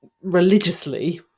religiously